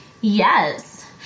Yes